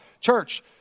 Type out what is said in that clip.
Church